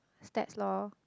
stats loh